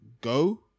go